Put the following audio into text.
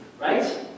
right